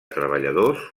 treballadors